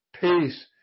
Peace